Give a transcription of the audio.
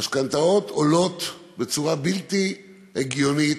המשכנתאות עולות בצורה בלתי הגיונית,